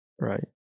right